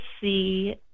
see